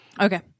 Okay